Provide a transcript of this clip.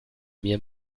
mir